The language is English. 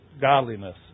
godliness